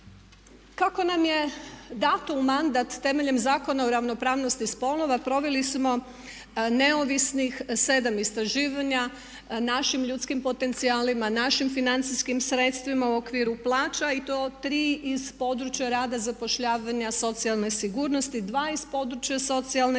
Kako nam je dato u mandat temeljem Zakona o ravnopravnosti spolova proveli smo neovisnih 7 istraživanja našim ljudskim potencijalima, našim financijskim sredstvima u okviru plaća i to 3 iz područja rada, zapošljavanja, socijalne sigurnosti, 2 iz područja socijalne